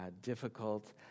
difficult